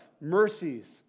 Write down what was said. mercies